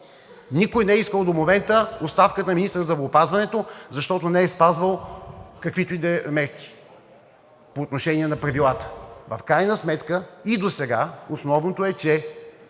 Никой не е искал до момента оставката на министър на здравеопазването, защото не е спазвал каквито и да е мерки по отношение на правилата. В крайна сметка и досега основното е, че